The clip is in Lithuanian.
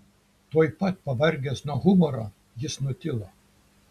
tuoj pat pavargęs nuo humoro jis nutilo